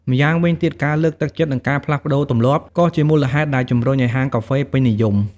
ម្យ៉ាងវិញទៀត ការលើកទឹកចិត្ត និងការផ្លាស់ប្ដូរទម្លាប់ ក៏ជាមូលហេតុដែលជំរុញឱ្យហាងកាហ្វេពេញនិយម។